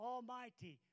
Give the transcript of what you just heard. Almighty